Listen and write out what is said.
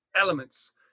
elements